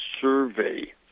survey